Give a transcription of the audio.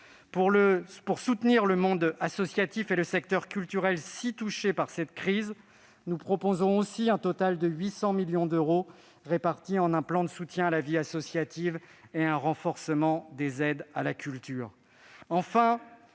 Pour soutenir le monde associatif et le secteur culturel si touchés par cette crise, nous proposons aussi un total de 800 millions d'euros répartis en un plan de soutien à la vie associative et un renforcement des aides à la culture.